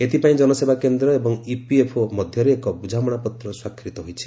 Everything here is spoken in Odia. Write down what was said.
ଏଥିପାଇଁ ଜନସେବା କେନ୍ଦ୍ର ଏବଂ ଇପିଏଫ୍ଓ ମଧ୍ୟରେ ଏକ ବୁଝାମଣାପତ୍ର ସ୍ୱାକ୍ଷରିତ ହୋଇଛି